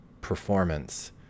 performance